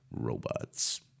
robots